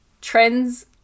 Trends